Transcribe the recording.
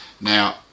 Now